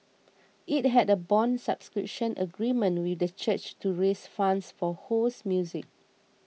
it had a bond subscription agreement with the church to raise funds for Ho's music